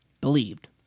believed